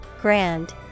GRAND